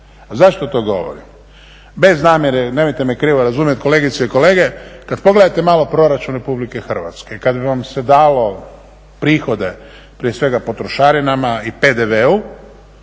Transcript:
zašto to govorim? Bez namjere, nemojte me krivo razumjeti kolegice i kolege, kad pogledate malo Proračun RH i kad bi vam se dalo prihode, prije svega po trošarinama i PDV-u